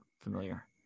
familiar